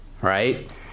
Right